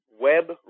web